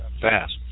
fast